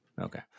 Okay